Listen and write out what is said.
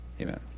Amen